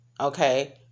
Okay